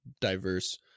diverse